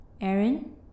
Aaron